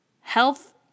health